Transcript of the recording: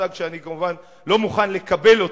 מושג שאני כמובן לא מוכן לקבל אותו,